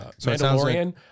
Mandalorian